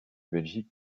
belgique